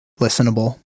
listenable